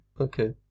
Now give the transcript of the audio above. Okay